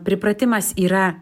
pripratimas yra